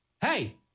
hey